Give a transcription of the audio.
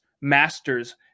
masters